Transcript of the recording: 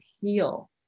heal